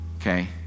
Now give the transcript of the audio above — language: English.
okay